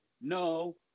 no